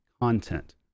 content